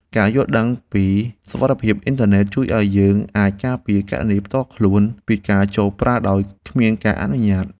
ការយល់ដឹងពីសុវត្ថិភាពអ៊ិនធឺណិត ជួយឱ្យយើងអាចការពារគណនីផ្ទាល់ខ្លួនពីការចូលប្រើដោយគ្មានការអនុញ្ញាត